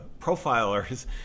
profilers